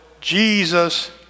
Jesus